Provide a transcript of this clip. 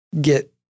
get